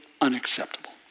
unacceptable